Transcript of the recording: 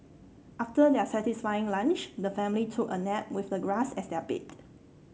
after their satisfying lunch the family took a nap with the grass as their bed